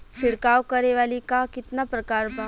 छिड़काव करे वाली क कितना प्रकार बा?